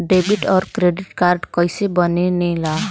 Debit और credit card कईसे बने ने ला?